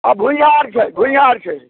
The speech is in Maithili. आ भूइहार छै भूइहार छै